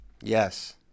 Yes